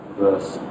verse